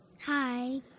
Hi